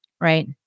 Right